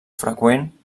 freqüent